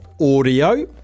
audio